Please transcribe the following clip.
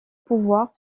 pouvoir